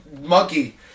monkey